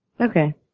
Okay